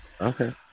Okay